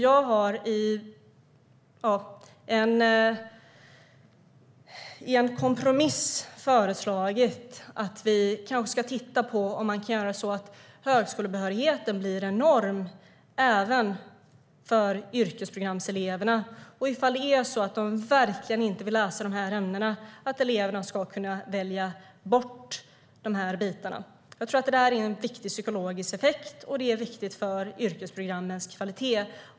Jag har i en kompromiss föreslagit att vi ska titta på om man kan göra så att högskolebehörigheten blir norm även för yrkesprogramseleverna och att elever som verkligen inte vill läsa dessa ämnen ska kunna välja bort de bitarna. Jag tror att det är en viktig psykologisk effekt och att det är viktigt för yrkesprogrammens kvalitet.